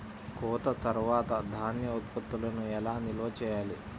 కోత తర్వాత ధాన్య ఉత్పత్తులను ఎలా నిల్వ చేయాలి?